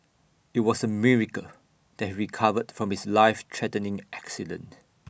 IT was A miracle that he recovered from his life threatening accident